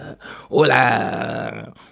Hola